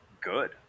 good